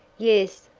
yes,